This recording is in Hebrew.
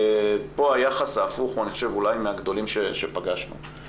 פה היחס ההפוך הוא אולי מהגדולים שפגשנו.